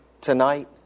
tonight